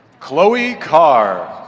chloe carr.